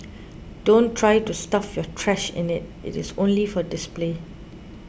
don't try to stuff your trash in it it is only for display